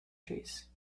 trees